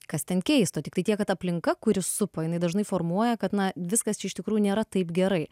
kas ten keisto tiktai tiek kad aplinka kuri supo jinai dažnai formuoja kad na viskas iš tikrųjų nėra taip gerai